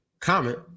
comment